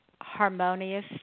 harmonious